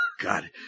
God